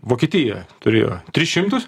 vokietija turėjo tris šimtus